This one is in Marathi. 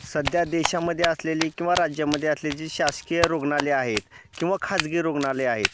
सध्या देशामध्ये असलेली किंवा राज्यामध्ये असलेली जी शासकीय रुग्णालयं आहेत किंवा खाजगी रुग्णालयं आहेत